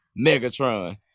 Megatron